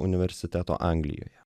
universiteto anglijoje